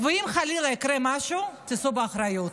ואם חלילה יקרה משהו, תישאו באחריות.